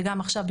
וגם עכשיו,